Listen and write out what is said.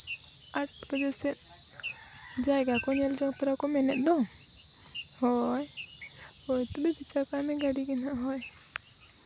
ᱟᱴ ᱵᱟᱡᱮ ᱥᱮᱫ ᱡᱟᱭᱜᱟ ᱠᱚ ᱧᱮᱞ ᱛᱚᱨᱟ ᱠᱚ ᱢᱮᱱᱮᱫ ᱫᱚ ᱦᱳᱭ ᱦᱳᱭ ᱛᱚᱵᱮ ᱯᱳᱸᱪᱷᱟᱣ ᱠᱟᱜ ᱢᱮ ᱜᱟᱹᱰᱤᱜᱮ ᱦᱟᱸᱜ ᱦᱳᱭ